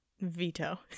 veto